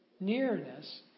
Nearness